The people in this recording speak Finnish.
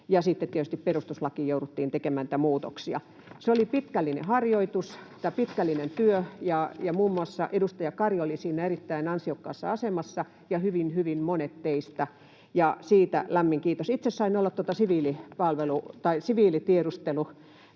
perustuslakiin jouduttiin tekemään muutoksia. Se oli pitkällinen työ. Muun muassa edustaja Kari oli siinä erittäin ansiokkaassa asemassa — ja hyvin, hyvin monet teistä — ja siitä lämmin kiitos. Itse sain olla siviilitiedustelulainsäädäntöä